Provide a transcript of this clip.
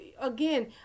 again